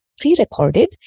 pre-recorded